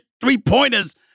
three-pointers